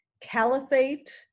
caliphate